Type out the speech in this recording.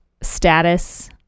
status